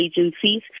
agencies